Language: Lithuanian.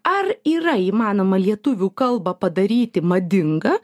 ar yra įmanoma lietuvių kalbą padaryti madingą